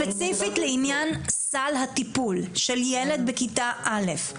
ספציפית לעניין סל הטיפול של ילד בכיתה א',